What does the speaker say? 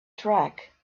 track